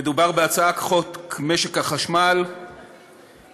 אנחנו עוברים להצעת חוק משק החשמל (תיקון